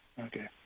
Okay